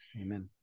Amen